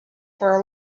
for